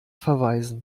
verweisen